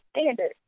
standard